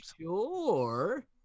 sure